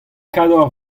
kador